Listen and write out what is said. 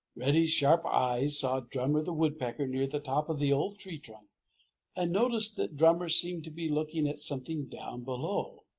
reddy's sharp eyes saw drummer the woodpecker near the top of the old tree trunk and noticed that drummer seemed to be looking at something down below.